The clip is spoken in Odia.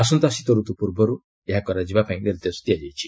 ଆସନ୍ତା ଶୀତରତ୍ନ ପୂର୍ବରୁ ଏହା କରାଯିବାକ୍ ନିର୍ଦ୍ଦେଶ ଦିଆଯାଇଛି